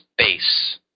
space